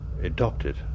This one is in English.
adopted